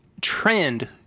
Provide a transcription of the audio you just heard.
trend